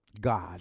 God